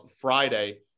Friday